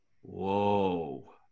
Whoa